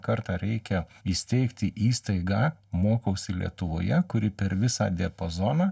kartą reikia įsteigti įstaigą mokausi lietuvoje kuri per visą diapazoną